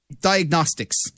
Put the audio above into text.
diagnostics